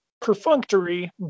perfunctory